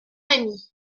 rémy